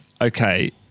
Okay